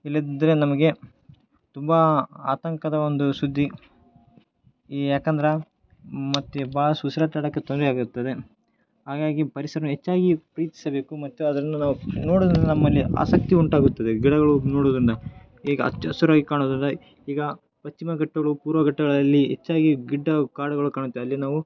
ಇಲ್ಲದಿದ್ದರೆ ನಮಗೆ ತುಂಬಾ ಆತಂಕದ ಒಂದು ಸುದ್ದಿ ಯಾಕಂದ್ರೆ ಮತ್ತು ಬಾಳಸ ಉಸಿರಾಟ ಆಡಕ್ಕೆ ತೊಂದರೆ ಆಗಿರುತ್ತದೆ ಹಾಗಾಗಿ ಪರಿಸರನು ಹೆಚ್ಚಾಗಿ ಪ್ರೀತಿಸಬೇಕು ಮತ್ತು ಅದನ್ನು ನಾವು ನೋಡೋದ್ರಿಂದ ನಮ್ಮಲ್ಲಿ ಆಸಕ್ತಿ ಉಂಟಾಗುತ್ತದೆ ಗಿಡಗಳು ನೋಡೋದನ್ನ ಈಗ ಹಚ್ಚ ಹಸಿರಾಗಿ ಕಾಣೋದ್ರಿಂದ ಈಗ ಪಶ್ಚಿಮ ಘಟ್ಟಗಳು ಪೂರ್ವ ಘಟ್ಟಗಳಲ್ಲಿ ಹೆಚ್ಚಾಗಿ ಗಿಡ್ಡ ಕಾಡುಗಳು ಕಾಣುತ್ತೆ ಅಲ್ಲಿ ನಾವು